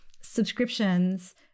subscriptions